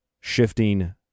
shifting